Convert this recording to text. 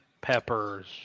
Peppers